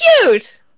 cute